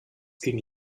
ging